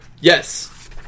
Yes